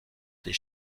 des